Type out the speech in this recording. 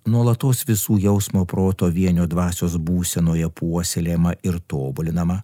nuolatos visų jausmo proto vienio dvasios būsenoje puoselėjamą ir tobulinamą